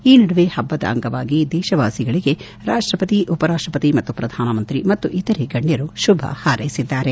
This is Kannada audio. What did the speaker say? ಈ ನಡುವೆ ಹಬ್ಬದ ಅಂಗವಾಗಿ ದೇಶವಾಸಿಗಳಿಗೆ ರಾಷ್ಟಪತಿ ಉಪರಾಷ್ಟಪತಿ ಮತ್ತು ಶ್ರಧಾನಮಂತ್ರಿ ಮತ್ತು ಇತರೆ ಗಣ್ಯರು ಶುಭ ಹಾರೈಸಿದ್ದಾರೆ